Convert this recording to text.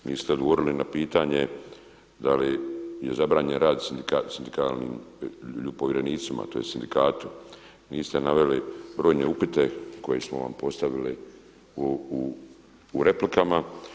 Niste odgovorili na pitanje da li je zabranjen rad sindikalnim povjerenicima, tj. sindikatu, niste naveli brojne upite koje smo vam postavili u replikama.